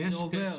אם זה עובר?